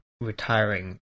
retiring